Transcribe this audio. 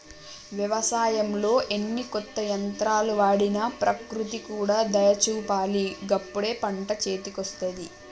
వ్యవసాయంలో ఎన్ని కొత్త యంత్రాలు వాడినా ప్రకృతి కూడా దయ చూపాలి గప్పుడే పంట చేతికొస్తది